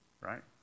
right